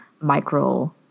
micro